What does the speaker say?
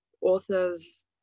authors